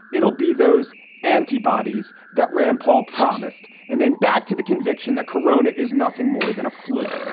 it'll be those antibodies that rand paul promised. and then back to the conviction that corona is nothing more than a flu.